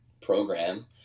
program